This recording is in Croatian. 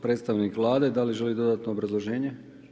Predstavnik Vlade, da li želi dodatno obrazloženje?